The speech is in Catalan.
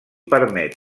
permet